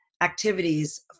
activities